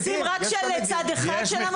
המרצים הם רק של צד אחד של המפה הפוליטית?